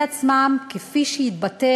עכשיו, לעתיד,